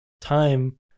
time